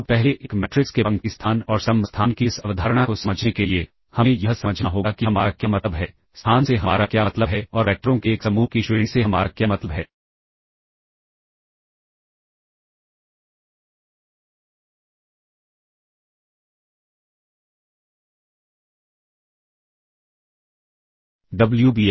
अब पहले एक मैट्रिक्स के पंक्ति स्थान और स्तंभ स्थान की इस अवधारणा को समझने के लिए हमें यह समझना होगा कि हमारा क्या मतलब है स्थान से हमारा क्या मतलब है और वैक्टरों के एक समूह की श्रेणी से हमारा क्या मतलब है